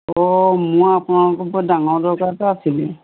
অঁ মোৰ আপোনালোকৰ বৰ ডাঙৰ দৰকাৰ এটা আছিলে